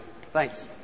Thanks